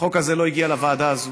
החוק הזה לא הגיע לוועדה הזאת,